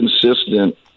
consistent